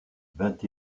vingt